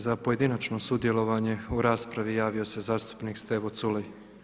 Za pojedinačno sudjelovanje u raspravi javio se zastupnik Stevo Culej.